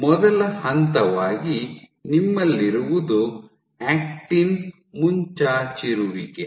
ಮೊದಲ ಹಂತವಾಗಿ ನಿಮ್ಮಲ್ಲಿರುವುದು ಆಕ್ಟಿನ್ ಮುಂಚಾಚಿರುವಿಕೆ